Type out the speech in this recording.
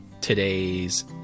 today's